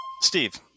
Steve